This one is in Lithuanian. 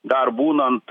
dar būnant